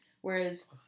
Whereas